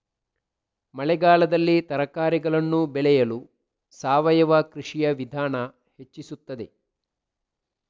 ಮಳೆಗಾಲದಲ್ಲಿ ತರಕಾರಿಗಳನ್ನು ಬೆಳೆಯಲು ಸಾವಯವ ಕೃಷಿಯ ವಿಧಾನ ಹೆಚ್ಚಿಸುತ್ತದೆ?